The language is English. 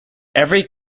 every